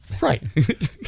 right